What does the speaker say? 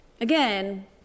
again